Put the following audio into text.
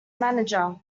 manager